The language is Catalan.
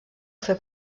fer